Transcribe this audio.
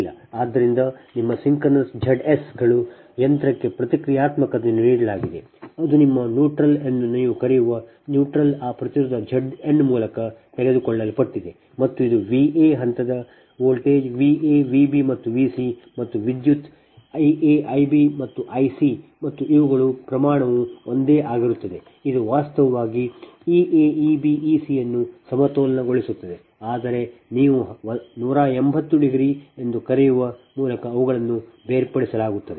ಆದ್ದರಿಂದ ನಿಮ್ಮ synchronous Zs ಗಳು ಯಂತ್ರಕ್ಕೆ ಪ್ರತಿಕ್ರಿಯಾತ್ಮಕತೆಯನ್ನು ನೀಡಲಾಗಿದೆ ಮತ್ತು ಅದು ನಿಮ್ಮ ನ್ಯೂಟ್ರಲ್ ಎಂದು ನೀವು ಕರೆಯುವ ನ್ಯೂಟ್ರಲ್ ಆ ಪ್ರತಿರೋಧ Z n ಮೂಲಕ ತೆಗೆದುಕೊಳ್ಳಲ್ಪಟ್ಟಿದೆ ಮತ್ತು ಇದು V a ಹಂತದ voltage V a V b ಮತ್ತು V c ಮತ್ತು ವಿದ್ಯುತ್ I a I b ಮತ್ತು I c ಮತ್ತು ಇವುಗಳು ಪ್ರಮಾಣವು ಒಂದೇ ಆಗಿರುತ್ತದೆ ಇದು ವಾಸ್ತವವಾಗಿ E a E b E c ಅನ್ನು ಸಮತೋಲನಗೊಳಿಸುತ್ತದೆ ಆದರೆ ನೀವು 180 ಎಂದು ಕರೆಯುವ ಮೂಲಕ ಅವುಗಳನ್ನು ಬೇರ್ಪಡಿಸಲಾಗುತ್ತದೆ